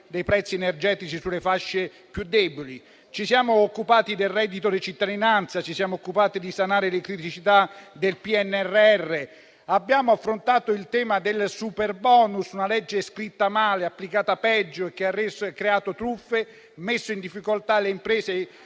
dei prezzi energetici sulle fasce più deboli. Ci siamo occupati del reddito di cittadinanza e di sanare le criticità del PNRR. Abbiamo affrontato il tema del superbonus, una legge scritta male e applicata peggio, che ha reso possibili truffe e messo in difficoltà le imprese